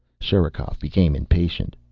sherikov became impatient.